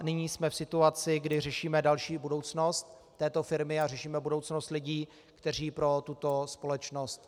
Nyní jsme v situaci, kdy řešíme další budoucnost této firmy a řešíme budoucnost lidí, kteří pro tuto společnost pracují.